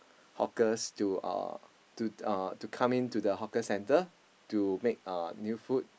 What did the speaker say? hawkers to uh to uh to come into the hawker centre to make uh new food